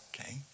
okay